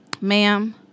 ma'am